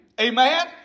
Amen